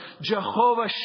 Jehovah